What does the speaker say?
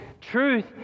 Truth